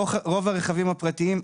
רוב הרכבים הפרטיים,